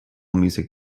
music